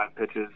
pitches